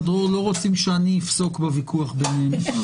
דרור לא רוצים שאני אפסוק בוויכוח ביניהם.